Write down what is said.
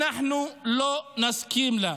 אנחנו לא נסכים לה.